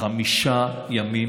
חמישה ימים